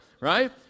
right